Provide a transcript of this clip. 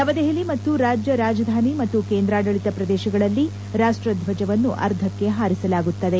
ನವದೆಹಲಿ ಮತ್ತು ರಾಜ್ಯ ರಾಜಧಾನಿ ಮತ್ತು ಕೇಂದ್ರಾಡಳಿತ ಪ್ರದೇಶಗಳಲ್ಲಿ ರಾಷ್ಪದ್ವಜವನ್ನು ಅರ್ಧಕ್ಕೆ ಪಾರಿಸಲಾಗುತ್ತದೆ